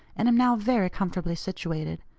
and am now very comfortably situated.